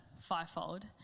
fivefold